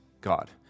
God